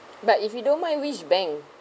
but if you don't mind which bank